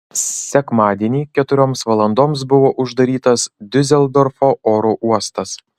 sekmadienį keturioms valandoms buvo uždarytas diuseldorfo oro uostas